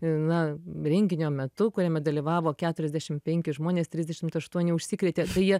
na renginio metu kuriame dalyvavo keturiasdešim penki žmonės trisdešimt aštuoni užsikrėtė tai jie